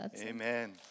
Amen